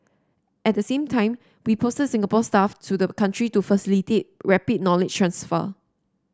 at the same time we posted Singapore staff to the country to facilitate rapid knowledge transfer